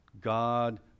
God